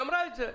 היא אמרה את זה.